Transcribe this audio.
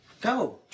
go